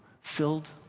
filled